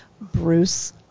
Bruce